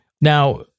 Now